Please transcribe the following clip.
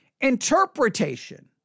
interpretation